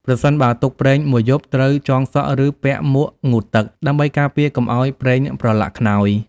ប្រសិនបើទុកប្រេងមួយយប់ ត្រូវចងសក់ ឬពាក់មួកងូតទឹក ដើម្បីការពារកុំឲ្យប្រេងប្រឡាក់ខ្នើយ។